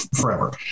forever